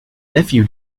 nephew